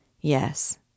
Yes